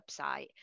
website